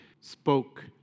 spoke